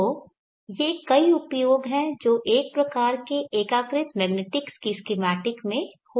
तो ये कई उपयोग हैं जो एक इस प्रकार के एकीकृत मैग्नेटिक्स के स्कीमेटिक में हो सकते हैं